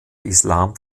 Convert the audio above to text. islam